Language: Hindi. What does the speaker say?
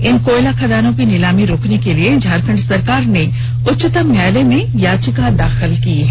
इन कोयला खदानों की नीलामी रोकने के लिए झारखंड सरकार ने उच्चतम न्यायालय में याचिका दाखिल की है